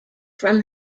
from